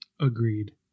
Agreed